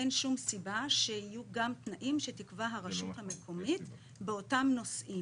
אין שום סיבה שיהיו גם תנאים שתקבע הרשות המקומית באותם נושאים.